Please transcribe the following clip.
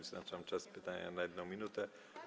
Wyznaczam czas pytania na 1 minutę.